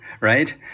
right